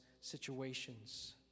situations